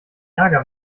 ärger